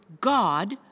God